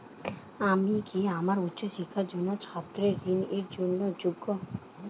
আমি কি আমার উচ্চ শিক্ষার জন্য ছাত্র ঋণের জন্য যোগ্য?